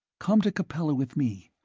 come to capella with me.